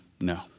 no